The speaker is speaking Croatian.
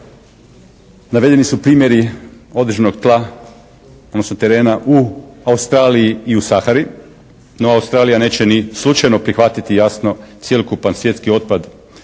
Navedeni su primjeri određenog tla, odnosno terena u Australiji i u Sahari. No Australija neće ni slučajno prihvatiti jasno cjelokupan svjetski otpad,